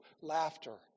laughter